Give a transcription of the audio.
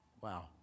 Wow